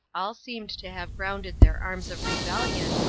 all seemed to have grounded their arms of rebellion,